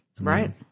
Right